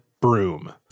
broom